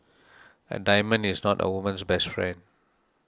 a diamond is not a woman's best friend